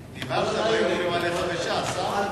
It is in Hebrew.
נבהלת, איימו עליך בש"ס, הא?